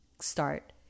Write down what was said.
start